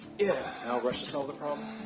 yeah how russia solved the problem?